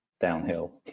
downhill